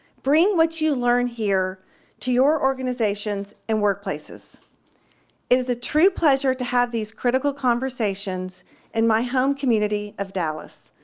bring what you learn here to your organizations and workplaces. it is a true pleasure to have these critical conversations in my home community of dallas.